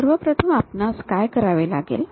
सर्वप्रथम आपणास काय करावे लागेल